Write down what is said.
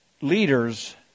leaders